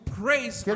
praise